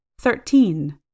Thirteen